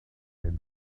and